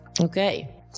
Okay